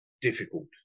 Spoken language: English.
difficult